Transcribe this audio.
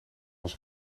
was